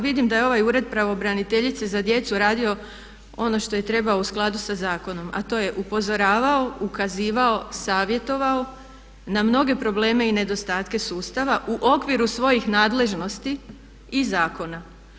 Vidim da je ovaj Ured pravobraniteljice za djecu radio ono što je trebao u skladu sa zakonom, a to je upozoravao, ukazivao, savjetovao na mnoge probleme i nedostatke sustava u okviru svojih nadležnosti i zakona.